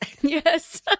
Yes